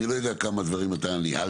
אני לא יודע כמה דברים אתה ניהלת,